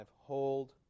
hold